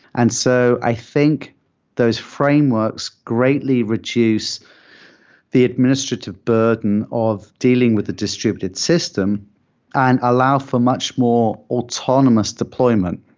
and so i think those frameworks greatly reduce the administrative burden of dealing with a distributed system and allow for much more autonomous deployment.